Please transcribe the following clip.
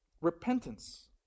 Repentance